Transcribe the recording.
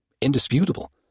indisputable